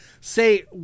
Say